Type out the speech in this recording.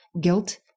guilt